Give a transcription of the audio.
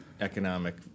economic